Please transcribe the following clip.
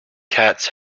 cats